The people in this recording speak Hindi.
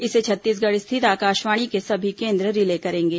इसे छत्तीसगढ़ स्थित आकाशवाणी के सभी केंद्र रिले करेंगे